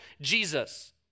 Jesus